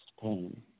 pain